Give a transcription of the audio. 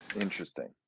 Interesting